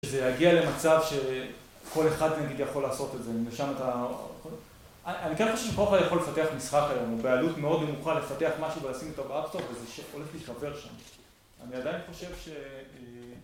שזה יגיע למצב שכל אחד נגיד יכול לעשות את זה, למשל אם ישם את ה... אני כן חושב שקופה יכול לפתח משחק היום, הוא בעלות מאוד במוכר לפתח משהו וישים אותו באפסטור וזה הולך להיקבר שם. אני עדיין חושב ש...